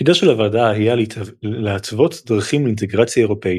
תפקידה של הוועדה היה להתוות דרכים לאינטגרציה אירופית,